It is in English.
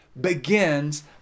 begins